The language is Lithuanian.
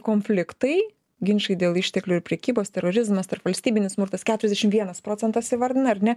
konfliktai ginčai dėl išteklių ir prekybos terorizmas tarpvalstybinis smurtas keturiasdešim vienas procentas įvardina ar ne